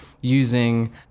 using